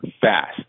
fast